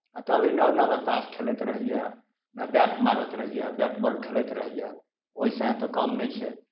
आ तब इन्ने उन्ने उएह ताश खेलैत रहैए उएह बैट मारैत रहैए बैट बॉल खेलैत रहैए ओहिसँ तऽ काम नहि छै